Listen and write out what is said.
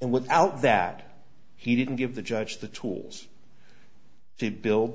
and without that he didn't give the judge the tools to build the